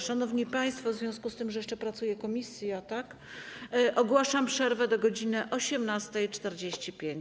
Szanowni państwo, w związku z tym, że jeszcze pracuje komisja, ogłaszam przerwę do godz. 18.45.